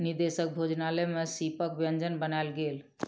विदेशक भोजनालय में सीपक व्यंजन बनायल गेल